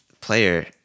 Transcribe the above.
player